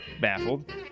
baffled